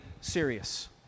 serious